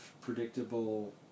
predictable